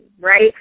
right